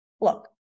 look